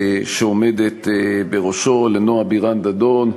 שעומדת בראשו, לנועה בירן-דדון,